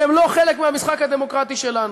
שהם לא חלק מהמשחק הדמוקרטי שלנו.